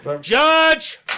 Judge